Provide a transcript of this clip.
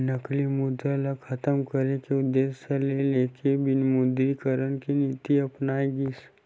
नकली मुद्रा ल खतम करे के उद्देश्य ल लेके विमुद्रीकरन के नीति अपनाए गिस